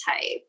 type